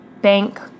bank